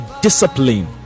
discipline